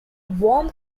warm